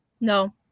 no